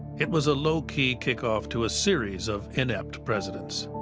it was a low-key kickoff to a series of inept presidents.